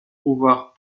pouvoir